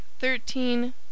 Thirteen